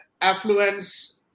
affluence